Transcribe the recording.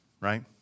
right